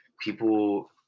people